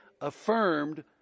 affirmed